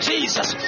Jesus